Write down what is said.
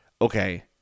okay